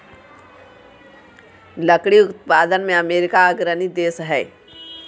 लकड़ी उत्पादन में अमेरिका अग्रणी देश हइ